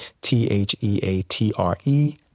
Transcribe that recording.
T-H-E-A-T-R-E